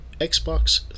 Xbox